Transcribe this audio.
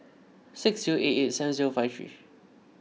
six zero eight eight seven zero five three